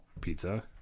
Pizza